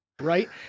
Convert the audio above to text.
right